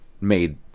made